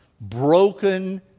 broken